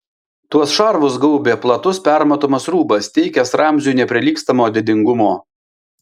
tuos šarvus gaubė platus permatomas rūbas teikęs ramziui neprilygstamo didingumo